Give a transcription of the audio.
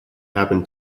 happen